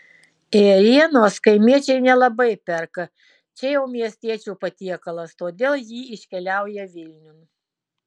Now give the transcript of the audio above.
ėrienos kaimiečiai nelabai perka čia jau miestiečių patiekalas todėl ji iškeliauja vilniun